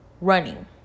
running